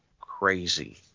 crazy